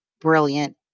brilliant